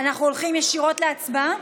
אנחנו הולכים ישירות להצבעה?